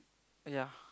uh ya